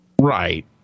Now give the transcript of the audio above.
Right